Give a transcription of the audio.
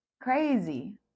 Crazy